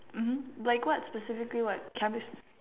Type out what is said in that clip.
mmhmm like specifically what chemist